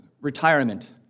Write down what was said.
retirement